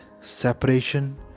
separation